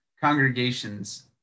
congregations